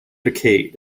decayed